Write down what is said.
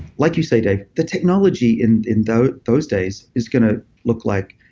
like you say dave, the technology in in those those days is going to look like